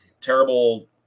terrible